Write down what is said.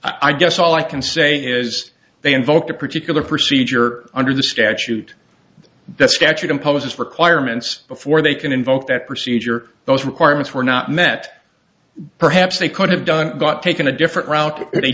i guess all i can say is they invoke a particular procedure under the statute the statute imposes requirements before they can invoke that procedure those requirements were not met perhaps they could have done got taken a different route if they